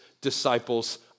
disciples